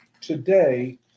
today